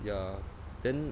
ya then